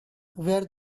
wear